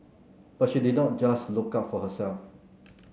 but she did not just look out for herself